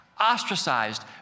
ostracized